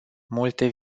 multe